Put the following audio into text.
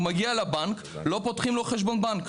הוא מגיע לבנק אבל לא פותחים לו חשבון בנק.